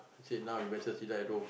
say now you matter see at home